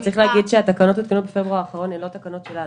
צריך להגיד שהתקנות שהותקנו בפברואר האחרון הן לא תקנות שלנו.